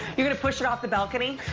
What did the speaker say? you're going to push it off the balcony.